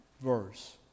verse